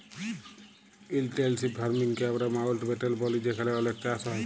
intensive farming কে আমরা মাউল্টব্যাটেল ব্যলি যেখালে অলেক চাষ হ্যয়